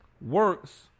works